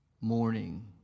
morning